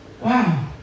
Wow